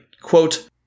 Quote